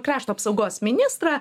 krašto apsaugos ministrą